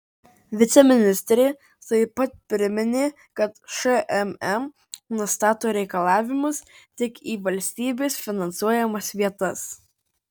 viceministrė taip pat priminė kad šmm nustato reikalavimus tik į valstybės finansuojamas vietas